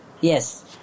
yes